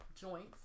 joints